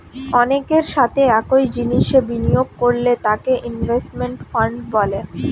অনেকের সাথে একই জিনিসে বিনিয়োগ করলে তাকে ইনভেস্টমেন্ট ফান্ড বলে